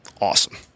awesome